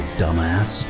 dumbass